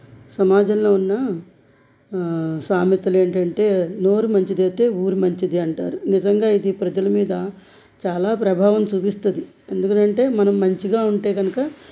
సమాజంలో ఉన్న సామెతలేంటంటే నోరు మంచిదయితే ఊరు మంచిది అంటారు నిజంగా ఇది ప్రజల మీద చాలా ప్రభావం చూపిస్తుంది ఎందుకనంటే మనం మంచిగా ఉంటే కనుక